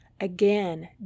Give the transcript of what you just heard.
Again